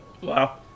wow